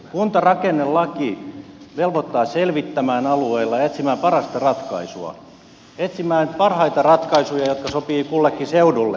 kuntarakennelaki velvoittaa selvittämään alueilla ja etsimään parasta ratkaisua etsimään parhaita ratkaisuja jotka sopivat kullekin seudulle